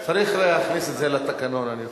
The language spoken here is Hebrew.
צריך להכניס את זה לתקנון, אני חושב.